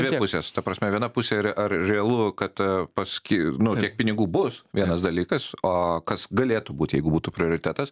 dvi pusės ta prasme viena pusė ir ar realu kad paski nu tiek pinigų bus vienas dalykas o kas galėtų būt jeigu būtų prioritetas